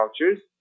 cultures